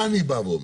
מה אני בא ואומר?